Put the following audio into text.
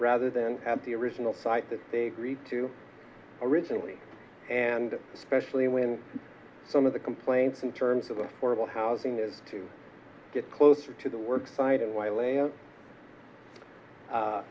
rather than the original site that they read to originally and especially when some of the complaints in terms of affordable housing is to get closer to the work site and